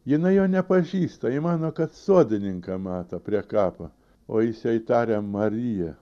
jinai jo nepažįsta ji mano kad sodininką mato prie kapo o jis jai tarė marija